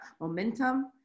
momentum